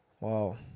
Wow